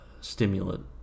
stimulant